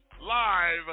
live